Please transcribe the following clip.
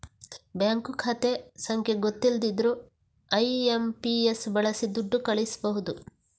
bank ಖಾತೆ ಸಂಖ್ಯೆ ಗೊತ್ತಿಲ್ದಿದ್ರೂ ಐ.ಎಂ.ಪಿ.ಎಸ್ ಬಳಸಿ ದುಡ್ಡು ಕಳಿಸ್ಬಹುದು